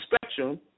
spectrum